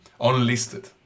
unlisted